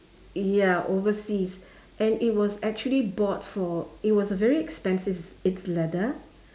ya overseas and it was actually bought for it was a very expensive it's leather